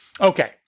Okay